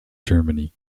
germany